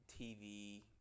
TV